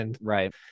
Right